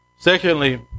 Secondly